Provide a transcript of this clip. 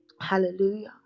Hallelujah